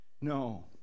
No